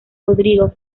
rodrigo